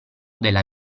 della